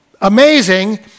amazing